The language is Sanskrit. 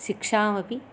शिक्षामपि